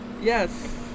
Yes